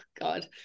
God